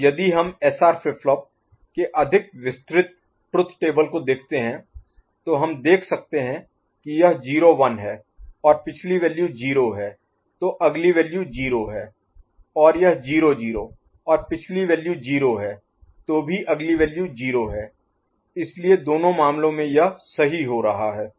तो यदि हम SR फ्लिप फ्लॉप के अधिक विस्तृत ट्रुथ टेबल को देखते हैं तो हम देख सकते हैं कि यह 0 1 है और पिछली वैल्यू 0 है तो अगली वैल्यू 0 है और यह 0 0 और पिछली वैल्यू 0 है तो भी अगली वैल्यू 0 है इसलिए दोनों मामलों में यह सही हो रहा है